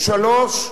או שלוש,